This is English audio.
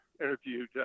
interviewed